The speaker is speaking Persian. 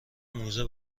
موزه